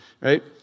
right